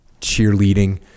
cheerleading